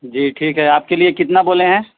جی ٹھیک ہے آپ کے لیے کتنا بولے ہیں